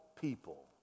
people